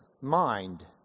mind